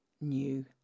new